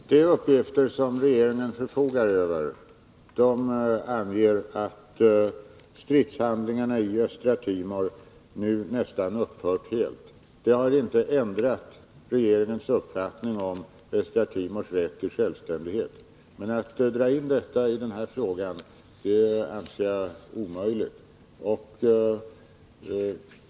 Herr talman! De uppgifter som regeringen förfogar över anger att stridshandlingarna i Östtimor nu nästan upphört helt. Det har inte ändrat regeringens uppfattning om Östtimors rätt till självbestämmande, men att dra in detta i denna fråga anser jag omöjligt.